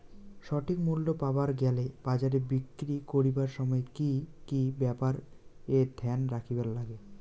সঠিক মূল্য পাবার গেলে বাজারে বিক্রি করিবার সময় কি কি ব্যাপার এ ধ্যান রাখিবার লাগবে?